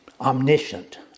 omniscient